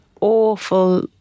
awful